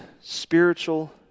spiritual